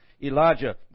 Elijah